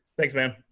thanks man.